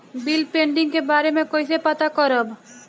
Bill pending के बारे में कईसे पता करब?